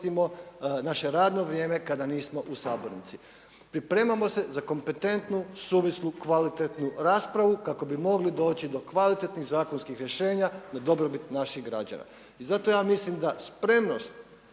naše radno vrijeme kada nismo u sabornici. Pripremamo se za kompetentnu, suvislu, kvalitetnu raspravu kako bi mogli doći do kvalitetnih zakonskih rješenja na dobrobit naših građana. I zato ja mislim da spremnost,